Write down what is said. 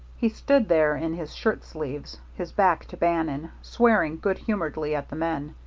he stood there in his shirt-sleeves, his back to bannon, swearing good-humoredly at the men.